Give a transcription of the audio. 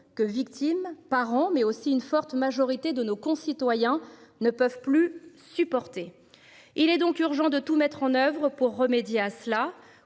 que victimes par an mais aussi une forte majorité de nos concitoyens ne peuvent plus supporter. Et il est donc urgent de tout mettre en oeuvre pour remédier à cela.